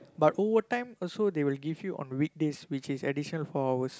but overtime also they will give you on weekdays which is additional four hours